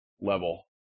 level